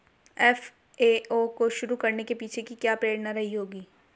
FAO को शुरू करने के पीछे की क्या प्रेरणा रही होगी?